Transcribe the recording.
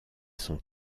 sont